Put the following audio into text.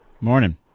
Morning